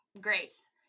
grace